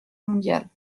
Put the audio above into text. mondiale